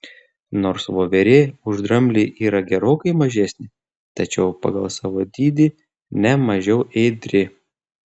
nors voverė už dramblį yra gerokai mažesnė tačiau pagal savo dydį ne mažiau ėdri